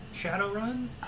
Shadowrun